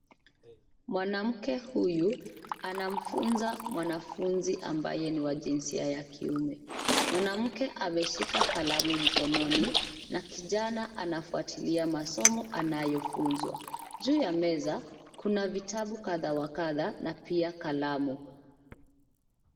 Mwanamke huyu anamfunza mwanafunzi ambaye ni wa jinsia ya kiume. Mwanamke ameshika kalamu mkononi na kijana anafuatilia masomo anayofunzwa. Juu ya meza kuna vitabu kadha wa kadha na pia kalamu.